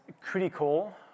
critical